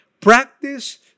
Practice